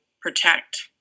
protect